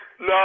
No